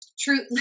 Truth